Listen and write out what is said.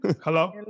hello